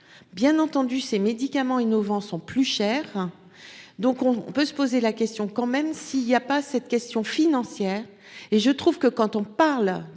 bien entendu ces médicaments innovants sont plus chers. Donc on peut se poser la question quand même si il y a pas cette question financière et je trouve que quand on parle